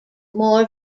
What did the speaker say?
more